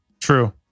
True